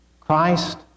Christ